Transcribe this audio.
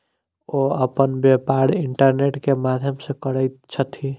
ओ अपन व्यापार इंटरनेट के माध्यम से करैत छथि